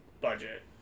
budget